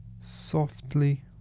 softly